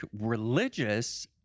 religious